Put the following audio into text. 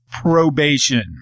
probation